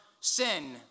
sin